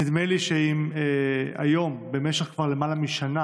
נדמה לי שאם היום ובמשך כבר למעלה משנה